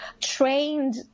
trained